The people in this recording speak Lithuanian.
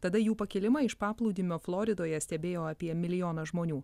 tada jų pakilimą iš paplūdimio floridoje stebėjo apie milijoną žmonių